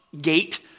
gate